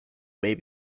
may